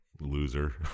Loser